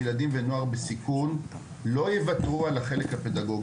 יום יומי עם ילדים ועם נוער בסיכון לא יוותר על החלק הפדגוגי.